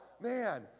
Man